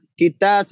kita